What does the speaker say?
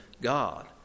God